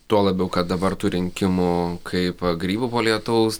tuo labiau kad dabar tų rinkimų kaip grybų po lietaus